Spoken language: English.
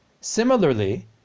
Similarly